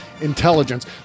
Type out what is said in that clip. intelligence